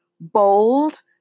bold